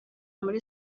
muri